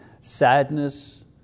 sadness